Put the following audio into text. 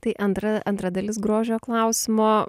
tai antra antra dalis grožio klausimo